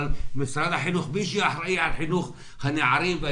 אבל מי שיכריע על חינוך הנערים האלה